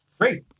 Great